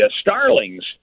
starlings